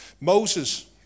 Moses